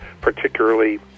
particularly